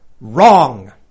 Wrong